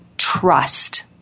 trust